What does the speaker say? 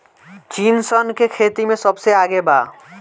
चीन सन के खेती में सबसे आगे बा